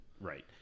right